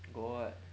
got [what]